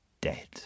dead